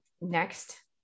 next